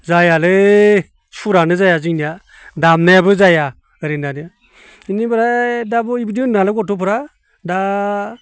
जायालै सुरानो जाया जोंनिया दामनायाबो जाया ओरै होननानै बेनिफ्राय दा बयबो बिदि होनो नालाय गथ'फोरा दा